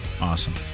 Awesome